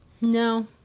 No